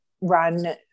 run